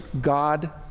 God